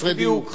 חסרי דיור.